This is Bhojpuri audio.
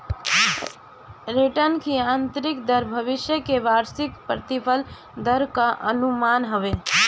रिटर्न की आतंरिक दर भविष्य के वार्षिक प्रतिफल दर कअ अनुमान हवे